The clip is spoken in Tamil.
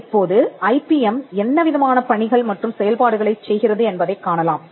இப்போது ஐபிஎம் என்னவிதமான பணிகள் மற்றும் செயல்பாடுகளைச் செய்கிறது என்பதைக் காணலாம்